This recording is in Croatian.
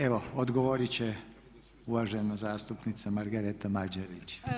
Evo odgovoriti će uvažene zastupnica Margareta Mađerić.